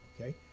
okay